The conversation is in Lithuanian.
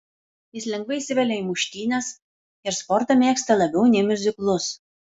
jis lengvai įsivelia į muštynes ir sportą mėgsta labiau nei miuziklus